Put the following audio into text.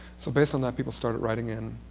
so based on that, people started writing in.